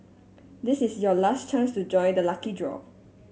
this is your last chance to join the lucky draw